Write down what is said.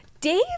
Dave